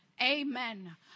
Amen